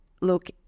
look